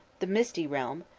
the misty realm,